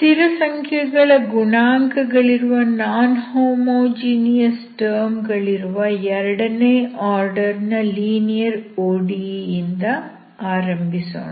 ಸ್ಥಿರಸಂಖ್ಯೆಗಳ ಗುಣಾಂಕಗಳಿರುವ non homogeneous term ಗಳಿರುವ ಎರಡನೇ ಆರ್ಡರ್ ನ ಲೀನಿಯರ್ ODE ಇಂದ ಆರಂಭಿಸೋಣ